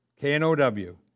K-N-O-W